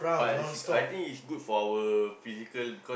but I think it's good for our physical because